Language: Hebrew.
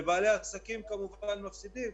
ובעלי העסקים כמובן מפסידים,